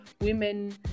women